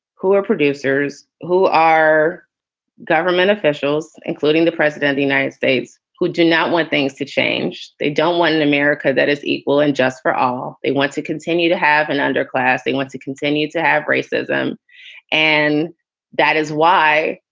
who are producers, who are government officials, including the president, the united states, who do not want things to change they don't want an america that is equal and just for all. they want to continue to have an underclass. they want to continue to have racism and that is why